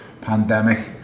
pandemic